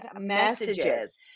Messages